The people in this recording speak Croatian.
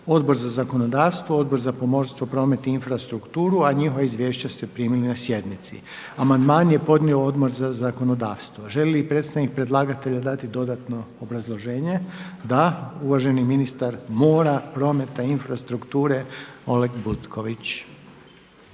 Odbor za zakonodavstvo, Odbor za pomorstvo, promet i infrastrukturu a njihova izvješća ste primili na sjednici. Amandman je podnio Odbor za zakonodavstvo, želi li predstavnik predlagatelja dati dodatno obrazloženje? Da. Uvaženi ministar mora, prometa i infrastrukture Oleg Butković.